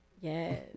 Yes